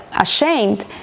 ashamed